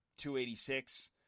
.286